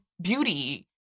beauty